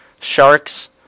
sharks